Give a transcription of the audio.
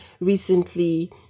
recently